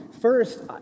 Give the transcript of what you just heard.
First